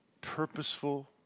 purposeful